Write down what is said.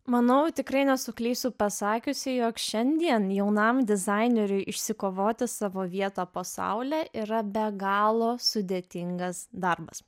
manau tikrai nesuklysiu pasakiusi jog šiandien jaunam dizaineriui išsikovoti savo vietą po saule yra be galo sudėtingas darbas